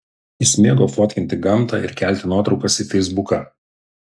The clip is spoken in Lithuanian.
jis mėgo fotkinti gamtą ir kelti nuotraukas į feisbuką